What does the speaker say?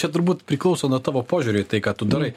čia turbūt priklauso nuo tavo požiūrio į tai ką tu darai